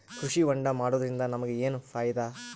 ಕೃಷಿ ಹೋಂಡಾ ಮಾಡೋದ್ರಿಂದ ನಮಗ ಏನ್ ಫಾಯಿದಾ?